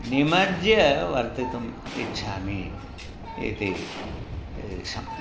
निमज्य वर्तितुम् इच्छामि इति शम्